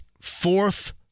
fourth